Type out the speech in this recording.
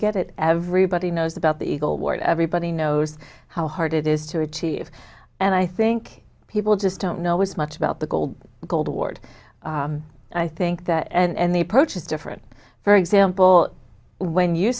get it everybody knows about the eagle ward everybody knows how hard it is to achieve and i think people just don't know as much about the gold gold award i think that and the approach is different for example when you